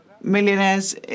Millionaires